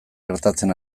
gertatzen